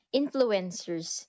influencers